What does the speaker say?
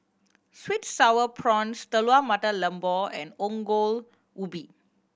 sweet and Sour Prawns Telur Mata Lembu and Ongol Ubi